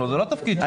זה לא התפקיד שלו.